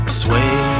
sway